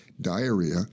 diarrhea